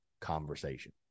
conversation